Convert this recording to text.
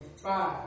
Five